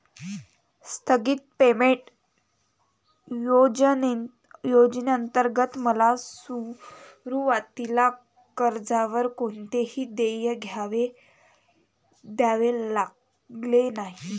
स्थगित पेमेंट योजनेंतर्गत मला सुरुवातीला कर्जावर कोणतेही देय द्यावे लागले नाही